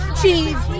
cheese